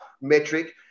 metric